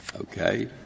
Okay